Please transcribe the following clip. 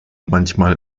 manchmal